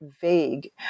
vague